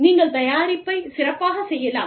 நீங்கள் தயாரிப்பைச் சிறப்பாகச் செய்யலாம்